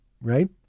right